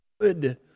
good